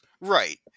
Right